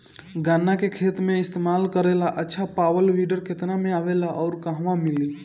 गन्ना के खेत में इस्तेमाल करेला अच्छा पावल वीडर केतना में आवेला अउर कहवा मिली?